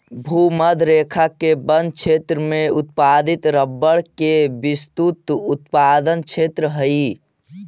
भूमध्य रेखा के वन क्षेत्र में उत्पादित रबर के विस्तृत उत्पादन क्षेत्र हइ